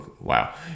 Wow